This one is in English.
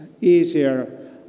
easier